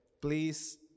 Please